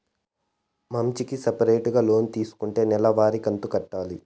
మంచికి సపరేటుగా లోన్ తీసుకుంటే నెల వారి కంతు కట్టాలి